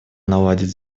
наладить